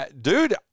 Dude